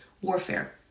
warfare